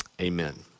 amen